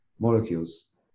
molecules